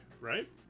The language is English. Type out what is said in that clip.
Right